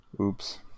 oops